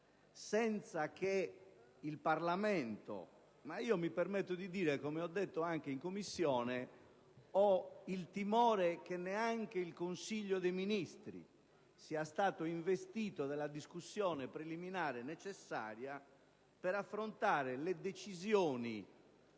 senza che il Parlamento e forse - mi permetto di dire, come ho già fatto in Commissione - neanche il Consiglio dei Ministri siano stati investiti della discussione preliminare necessaria ad affrontare le decisioni